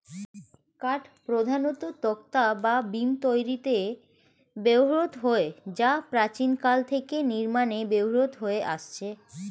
কাঠ প্রধানত তক্তা বা বিম তৈরিতে ব্যবহৃত হয় যা প্রাচীনকাল থেকে নির্মাণে ব্যবহৃত হয়ে আসছে